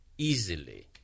easily